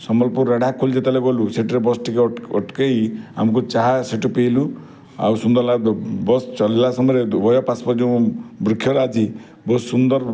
ସମ୍ବଲପୁର ରେଢ଼ାଖୋଲ୍ ଯେତବଲେ ଗଲୁ ସେଇଠିରେ ବସ୍ ଟିକେ ଅଟକେଇ ଆମୁକୁ ଚାହା ସେଇଠି ପିଇଲୁ ଆଉ ସୁନ୍ଦର ଲାଗବ୍ ବସ୍ ଚଲେଇଲା ସମୟରେ ଆଜି ବହୁତ ସୁନ୍ଦର